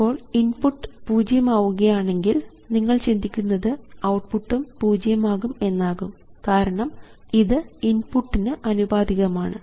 ഇപ്പോൾ ഇൻപുട്ട് പൂജ്യം ആവുകയാണെങ്കിൽ നിങ്ങൾ ചിന്തിക്കുന്നത് ഔട്ട്പുട്ടും പൂജ്യം ആകും എന്നാകും കാരണം ഇത് ഇൻപുട്ടിന് അനുപാതികമാണ്